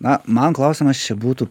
na man klausimas čia būtų